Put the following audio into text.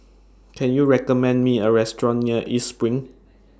Can YOU recommend Me A Restaurant near East SPRING